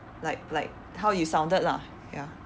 like like how you sounded lah ya